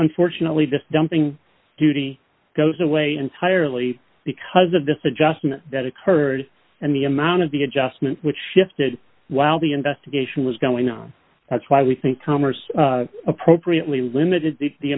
unfortunately this dumping duty goes away entirely because of this adjustment that occurred and the amount of the adjustment which shifted while the investigation was going on that's why we think commerce appropriately limited t